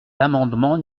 l’amendement